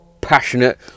passionate